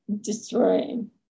destroying